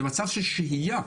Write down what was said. במצב של שהייה,